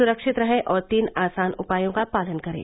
सुरक्षित रहें और तीन आसान उपायों का पालन करें